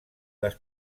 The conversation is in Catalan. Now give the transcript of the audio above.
les